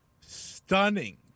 Stunning